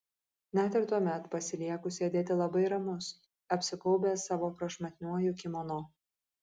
net ir tuomet pasilieku sėdėti labai ramus apsigaubęs savo prašmatniuoju kimono